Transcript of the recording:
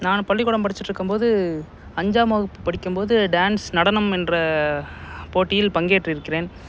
நான் பள்ளிக்கூடம் படிச்சுட்டு இருக்கும் போது அஞ்சாம் வகுப்பு படிக்கும்போது டான்ஸ் நடனம் என்ற போட்டியில் பங்கேற்று இருக்கிறேன்